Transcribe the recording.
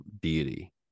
deity